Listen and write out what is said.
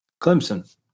Clemson